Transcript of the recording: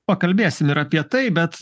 pakalbėsim ir apie tai bet